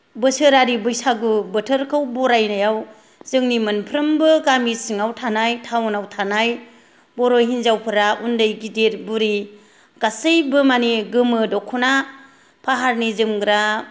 बोसोरारि बैसागु बोथोरखौ बरायनायाव जोंनि मोनफ्रोमबो गामि सिङाव थानाय थाउनाव थानाय बर' हिनजावफोरा उन्दै गिदिर बुरि गासैबो माने गोमो दखना फाहारनि जोमग्रा